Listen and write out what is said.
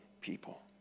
people